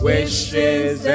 Wishes